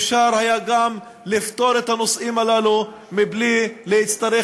אפשר היה גם לפתור את הנושאים הללו בלי להצטרך